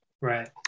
Right